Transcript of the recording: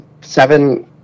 seven